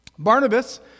Barnabas